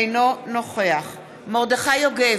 אינו נוכח מרדכי יוגב,